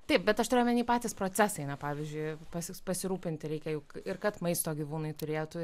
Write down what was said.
taip bet aš turiu omeny patys procesai na pavyzdžiui pas jus pasirūpinti reikia juk ir kad maisto gyvūnai turėtų